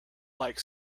like